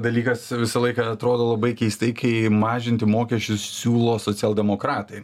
dalykas visą laiką atrodo labai keistai kai mažinti mokesčius siūlo socialdemokratai